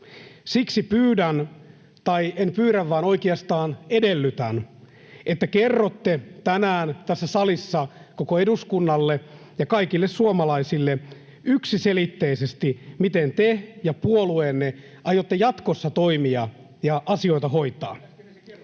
Siksi pyydän — tai en pyydä vaan oikeastaan edellytän — että kerrotte tänään tässä salissa koko eduskunnalle ja kaikille suomalaisille yksiselitteisesti, miten te ja puolueenne aiotte jatkossa toimia ja asioita hoitaa.